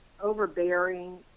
overbearing